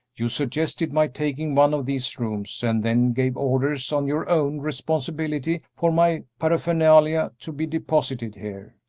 you suggested my taking one of these rooms, and then gave orders on your own responsibility for my paraphernalia to be deposited here,